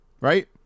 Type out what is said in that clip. Right